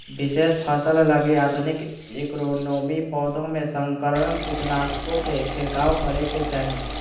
विशेष फसल लगी आधुनिक एग्रोनोमी, पौधों में संकरण, कीटनाशकों के छिरकाव करेके चाही